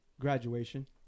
graduation